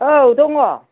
औ दङ